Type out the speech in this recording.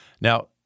Now